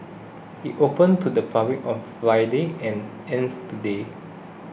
it opened to the public on Friday and ends today